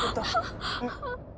but